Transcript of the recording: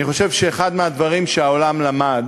אני חושב שאחד מהדברים שהעולם למד